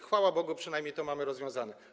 Chwała Bogu, przynajmniej to mamy rozwiązane.